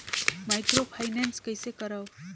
Microfinance कइसे करव?